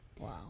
wow